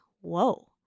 whoa